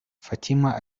fatima